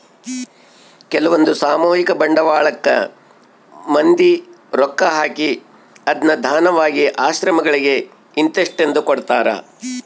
ಕೆಲ್ವಂದು ಸಾಮೂಹಿಕ ಬಂಡವಾಳಕ್ಕ ಮಂದಿ ರೊಕ್ಕ ಹಾಕಿ ಅದ್ನ ದಾನವಾಗಿ ಆಶ್ರಮಗಳಿಗೆ ಇಂತಿಸ್ಟೆಂದು ಕೊಡ್ತರಾ